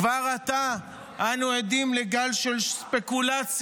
כבר עתה אנו עדים לגל של ספקולציות